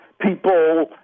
people